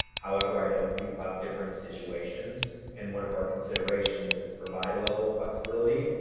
however, i know people have different situations and one of our considerations is to provide a level of flexibility.